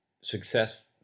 success